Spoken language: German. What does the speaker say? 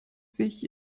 sich